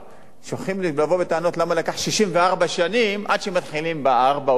שוכחים לבוא בטענות למה לקח 64 שנים עד שמתחילים בארבע או בשלוש.